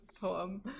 poem